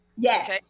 Yes